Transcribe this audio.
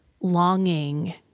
longing